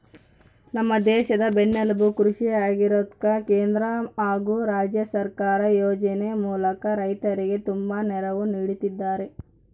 ನಮ್ಮ ದೇಶದ ಬೆನ್ನೆಲುಬು ಕೃಷಿ ಆಗಿರೋದ್ಕ ಕೇಂದ್ರ ಹಾಗು ರಾಜ್ಯ ಸರ್ಕಾರ ಯೋಜನೆ ಮೂಲಕ ರೈತರಿಗೆ ತುಂಬಾ ನೆರವು ನೀಡುತ್ತಿದ್ದಾರೆ